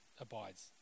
abides